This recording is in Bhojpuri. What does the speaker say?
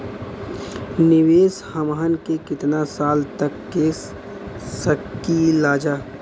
निवेश हमहन के कितना साल तक के सकीलाजा?